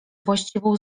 właściwą